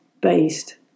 based